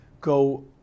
go